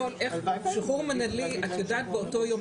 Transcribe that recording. שחרור מנהלי את יודעת באותו יום,